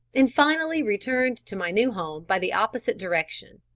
and finally returned to my new home by the opposite direction.